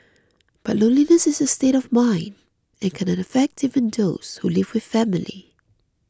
but loneliness is a state of mind and can affect even those who live with family